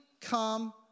come